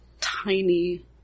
tiny